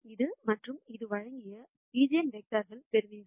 இது மற்றும் இது வழங்கிய மூன்று ஈஜென்வெக்டர்களைப் பெறுவீர்கள்